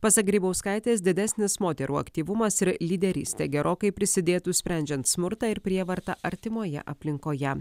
pasak grybauskaitės didesnis moterų aktyvumas ir lyderystė gerokai prisidėtų sprendžiant smurtą ir prievartą artimoje aplinkoje